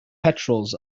petrels